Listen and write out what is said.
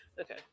okay